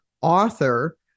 author